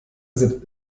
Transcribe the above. sind